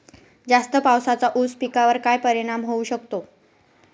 जास्त पावसाचा ऊस पिकावर काय परिणाम होऊ शकतो?